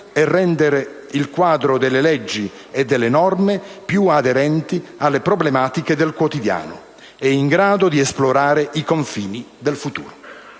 e rendere il quadro delle leggi e delle norme più aderente alle problematiche del quotidiano e in grado di esplorare i confini del futuro.